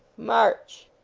march!